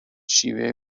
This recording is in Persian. شیوه